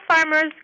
farmers